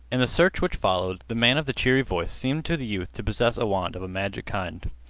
in the search which followed, the man of the cheery voice seemed to the youth to possess a wand of a magic kind.